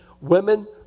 Women